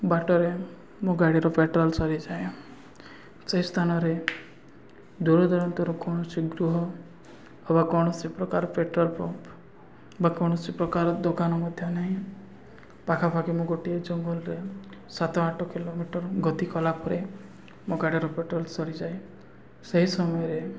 ବାଟରେ ମୁଁ ଗାଡ଼ିର ପେଟ୍ରୋଲ ସରିଯାଏ ସେହି ସ୍ଥାନରେ ଦୂରଦୂରାନ୍ତରୁ କୌଣସି ଗୃହ ଅବା କୌଣସି ପ୍ରକାର ପେଟ୍ରୋଲ ପମ୍ପ ବା କୌଣସି ପ୍ରକାର ଦୋକାନ ମଧ୍ୟ ନାହିଁ ପାଖାପାଖି ମୁଁ ଗୋଟିଏ ଜଙ୍ଗଲରେ ସାତ ଆଠ କିଲୋମିଟର ଗତି କଲା ପରେରେ ମୋ ଗାଡ଼ିର ପେଟ୍ରୋଲ୍ ସରିଯାଏ ସେହି ସମୟରେ